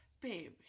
babe